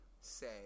say